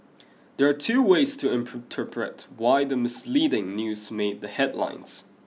there are two ways to interpret why the misleading news made the headlines